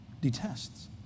detests